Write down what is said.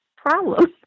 problems